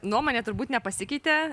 nuomonė turbūt nepasikeitė